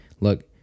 Look